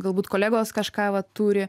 galbūt kolegos kažką vat turi